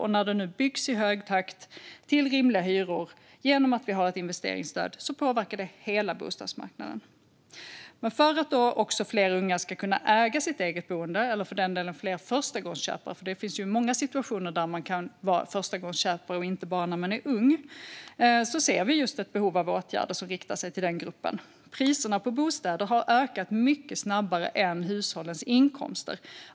Hela bostadsmarknaden påverkas nu när det i hög takt byggs lägenheter som ska ha rimliga hyror, genom att vi har ett investeringsstöd. För att fler unga ska kunna äga sitt boende, eller för den delen fler förstagångsköpare - det finns många situationer där man kan vara förstagångsköpare, inte bara när man är ung - ser vi ett behov av åtgärder som riktar sig till den gruppen. Priserna på bostäder har ökat mycket snabbare än hushållens inkomster.